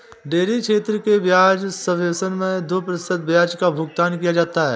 dairy क्षेत्र के ब्याज सबवेसन मैं दो प्रतिशत ब्याज का भुगतान किया जाता है